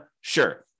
Sure